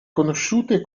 conosciute